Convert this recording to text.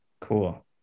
cool